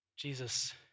Jesus